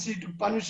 אנחנו נמצאים במפלגות